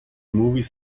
movies